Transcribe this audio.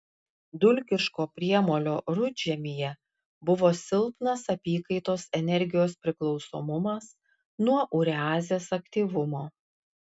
dulkiško priemolio rudžemyje buvo silpnas apykaitos energijos priklausomumas nuo ureazės aktyvumo